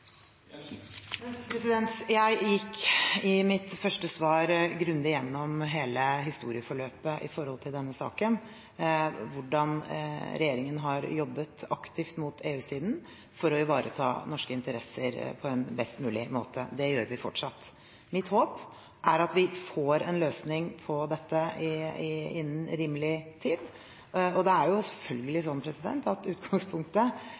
Jeg gikk i mitt første svar grundig igjennom hele historieforløpet i forbindelse med denne saken, hvordan regjeringen har jobbet aktivt mot EU-siden for å ivareta norske interesser på en best mulig måte. Det gjør vi fortsatt. Mitt håp er at vi får en løsning på dette innen rimelig tid. Det er jo selvfølgelig sånn at utgangspunktet